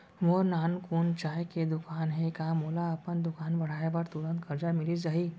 मोर नानकुन चाय के दुकान हे का मोला अपन दुकान बढ़ाये बर तुरंत करजा मिलिस जाही?